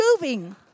moving